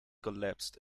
collapsed